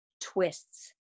twists